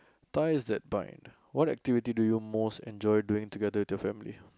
ties that bind what activities do you most enjoy doing together with your family